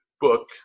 book